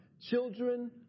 children